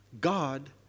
God